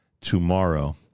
tomorrow